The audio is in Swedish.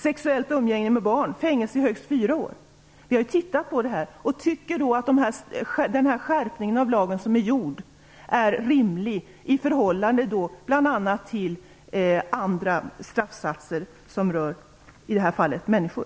Sexuellt umgänge med barn ger fängelse i högst fyra år. Vi har tittat på detta och tycker att den skärpningen av lagen som är gjord är rimlig i förhållande till bl.a. straffsatserna för motsvarande handling mot människor.